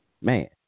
Man